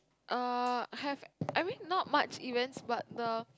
err have I mean not much events but the